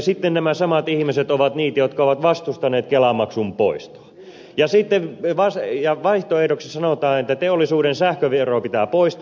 sitten nämä samat ihmiset ovat niitä jotka ovat vastustaneet kelamaksun poistoa ja vaihtoehdoksi sanotaan että teollisuuden sähkövero pitää poistaa